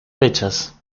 fechas